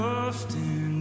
often